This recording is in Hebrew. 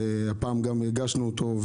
והפעם גם הגשתי אותו,